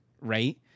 right